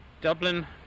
Dublin